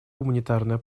гуманитарное